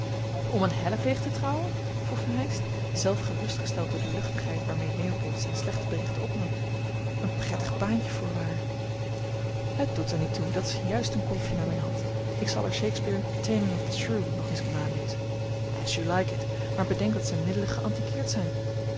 om een helleveeg te trouwen vroeg verheyst zelf gerustgesteld door de luchtigheid waarmee leopold zijne slechte berichten opnam een prettig baantje voorwaar het doet er niet toe dat is juist een kolfje naar mijne hand ik zal er shakespeare's taming of the shrew nog eens op nalezen as you like it maar bedenk dat zijne middelen geantiqueerd zijn